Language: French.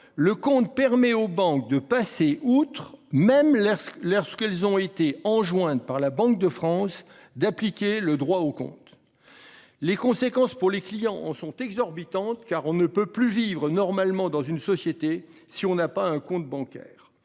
le code permet aux banques de passer outre, même lorsque la Banque de France leur a enjoint d'appliquer le droit au compte. Les conséquences pour les clients en sont exorbitantes, car on ne peut plus vivre normalement dans notre société si l'on n'a pas un compte bancaire.